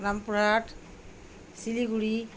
Rampurhat Siliguri